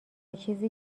چیزی